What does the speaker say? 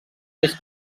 reis